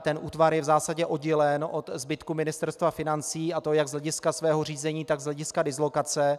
Ten útvar je v zásadě oddělen od zbytku Ministerstva financí, a to jak z hlediska svého řízení, tak z hlediska dislokace.